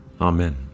Amen